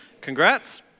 Congrats